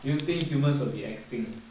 do you think humans will be extinct